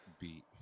beat